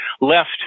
left